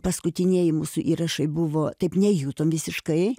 paskutinieji mūsų įrašai buvo taip nejutom visiškai